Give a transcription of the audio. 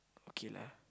okay lah